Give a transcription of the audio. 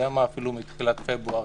אפילו מתחילת פברואר,